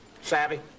Savvy